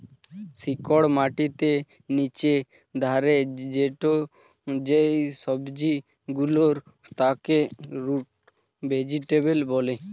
শিকড় মাটির নিচে থাকে যেই সবজি গুলোর তাকে রুট ভেজিটেবল বলে